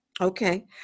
Okay